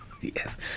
Yes